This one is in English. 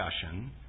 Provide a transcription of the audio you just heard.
discussion